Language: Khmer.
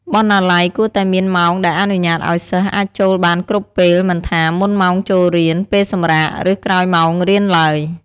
បណ្ណាល័យគួរតែមានម៉ោងដែលអនុញ្ញាតឱ្យសិស្សអាចចូលបានគ្រប់ពេលមិនថា មុនម៉ោងចូលរៀន ពេលសម្រាក ឬក្រោយម៉ោងរៀនទ្បើយ។